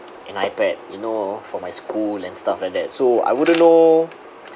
an ipad you know for my school and stuff like that so I wouldn't know